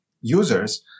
users